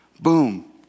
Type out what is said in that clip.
boom